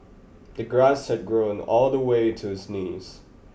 the grass had grown all the way to his knees